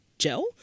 gel